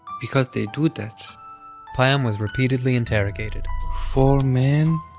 because they do that payam was repeatedly interrogated four men